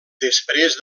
després